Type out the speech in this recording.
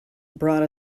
brought